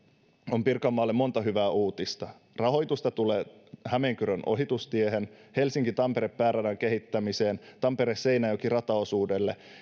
on pirkanmaalle monta hyvää uutista rahoitusta tulee hämeenkyrön ohitustiehen helsinki tampere pääradan kehittämiseen tampere seinäjoki rataosuudelle